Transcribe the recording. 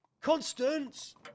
Constance